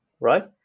right